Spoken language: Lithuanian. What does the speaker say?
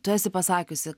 tu esi pasakiusi